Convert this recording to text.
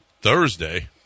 Thursday